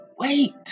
wait